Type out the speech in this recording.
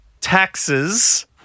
taxes